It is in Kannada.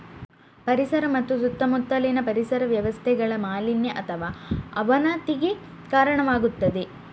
ಪರಿಸರ ಮತ್ತು ಸುತ್ತಮುತ್ತಲಿನ ಪರಿಸರ ವ್ಯವಸ್ಥೆಗಳ ಮಾಲಿನ್ಯ ಅಥವಾ ಅವನತಿಗೆ ಕಾರಣವಾಗುತ್ತದೆ